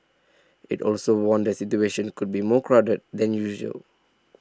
it also warned the stations could be more crowded than usual